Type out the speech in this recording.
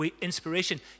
inspiration